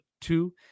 two